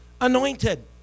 anointed